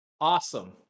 Awesome